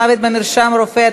מוות במרשם רופא),